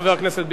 חבר הכנסת ביבי,